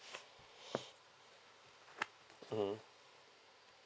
mmhmm